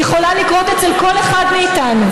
והיא יכולה לקרות אצל כל אחד מאיתנו.